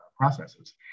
processes